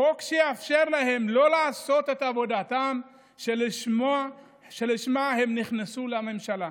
חוק שיאפשר להם לא לעשות את עבודתם שלשמה הם נכנסו לממשלה.